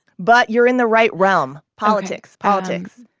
but you're in the right realm politics, politics.